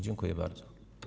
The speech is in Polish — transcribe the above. Dziękuję bardzo.